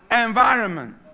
environment